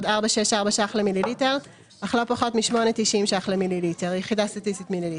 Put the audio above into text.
4.64 ש"ח למ"ל אל"פ מ-8.90 ש"ח למ"ל - יחידה סטטיסטית מ"ל.